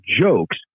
jokes